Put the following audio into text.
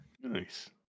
Nice